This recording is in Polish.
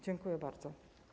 Dziękuję bardzo.